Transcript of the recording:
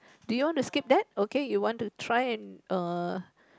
do you want to skip that okay you want to try and uh